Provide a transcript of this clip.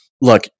look